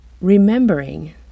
remembering